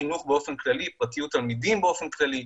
חינוך באופן כללי, פרטיות תלמידים באופן כללי,